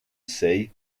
sea